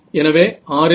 எனவே r இல் θ 0